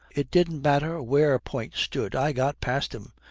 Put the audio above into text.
it didn't matter where point stood, i got past him.